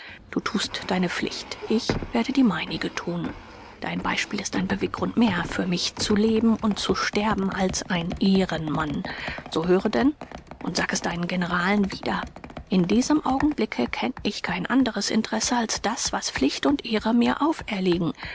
du thust deine pflicht ich werde die meinige thun dein beispiel ist ein beweggrund mehr für mich zu leben und zu sterben als ein ehrenmann so höre denn und sag es deinen generalen wieder in diesem augenblicke kenne ich kein anderes interesse als das was pflicht und ehre mir auferlegen